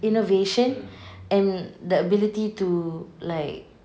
innovation and the ability to like